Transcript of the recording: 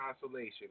consolation